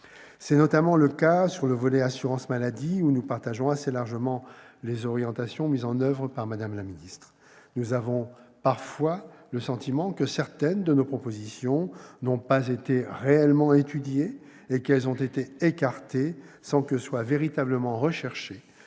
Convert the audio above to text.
C'est notamment le cas pour ce qui concerne le volet « assurance maladie », sur lequel nous partageons assez largement les orientations mises en oeuvre par Mme la ministre. Nous avons parfois le sentiment que certaines de nos propositions n'ont pas été réellement étudiées et qu'elles ont été écartées sans que soient véritablement recherchés